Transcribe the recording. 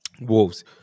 Wolves